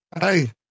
Hey